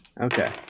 Okay